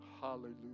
Hallelujah